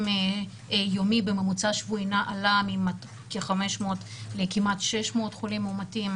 היומי בממוצע עלה מכ-500 לכמעט 600 חולים מאומתים.